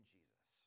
Jesus